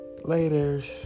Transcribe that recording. Laters